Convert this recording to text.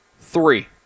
Three